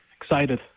Excited